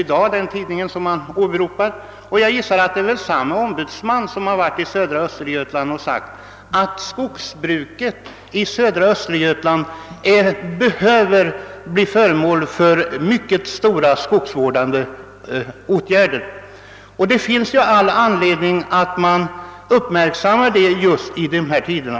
Då har herr Rimås kunnat inhämta att en ombudsman — jag gissar att det är samma ombudsman som det tidigare gällde — varit i södra Östergötland och sagt att skogsbruket där behöver bli föremål för omfattande skogsvårdande åtgärder. Det finns all anledning att uppmärksamma det uttalandet just i dessa tider.